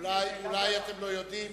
אולי אתם לא יודעים,